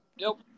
Nope